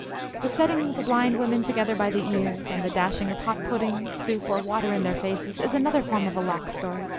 the setting the blind women together by the ears, and the dashing of hot pudding, soup, or water in their faces, is another form of a lox story,